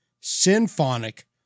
symphonic